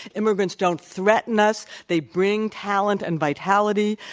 immigrants don't threaten us. they bring talent and vitality.